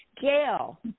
Gail